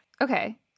okay